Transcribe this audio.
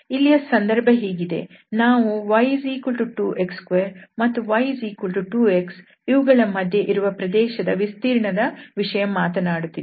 ಇಲ್ಲಿನ ಸಂದರ್ಭ ಹೀಗಿದೆ ನಾವು y2x2ಮತ್ತು y2x ಇವುಗಳ ಮಧ್ಯೆ ಇರುವ ಪ್ರದೇಶದ ವಿಸ್ತೀರ್ಣದ ವಿಷಯ ಮಾತನಾಡುತ್ತಿದ್ದೇವೆ